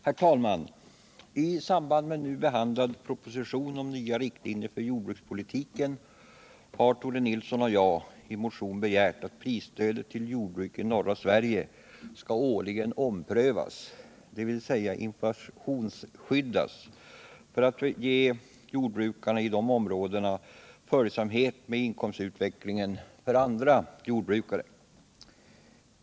Herr talman! I samband med nu behandlad proposition om nya riktlinjer för jordbrukspolitiken har Tore Nilsson och jag i en motion begärt att prisstödet till jordbruk i norra Sverige skall årligen omprövas, dvs. inflationsskyddas för att ge följsamhet med inkomstutvecklingen för andra jordbrukare.